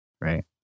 right